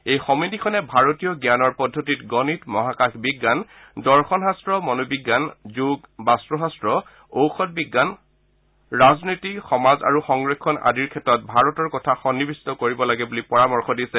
এই সমিতিখনে ভাৰতীয় জ্ঞানৰ পদ্ধতিত গণিত মহাকাশবিজ্ঞান দৰ্শনশাস্ত মনোবিজ্ঞান য়োগ বাস্ত্ৰশাস্ত ঔষদ বিজ্ঞান সান ৰাজনীতি সমাজ আৰু সংৰক্ষণ আদিৰ ক্ষেত্ৰত ভাৰতৰ কথা সন্নিবিষ্ট কৰিব লাগে বুলি পৰামৰ্শ দিছে